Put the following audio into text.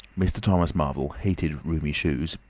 mr. thomas marvel hated roomy shoes,